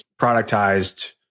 productized